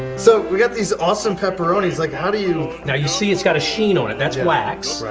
so we've got these awesome pepperonis like how do you now, you see it's got a sheen on it. that wax. right.